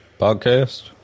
Podcast